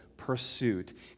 Pursuit